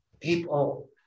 people